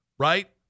Right